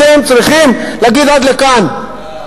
אתם צריכים להגיד: עד כאן.